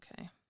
Okay